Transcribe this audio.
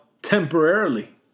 Temporarily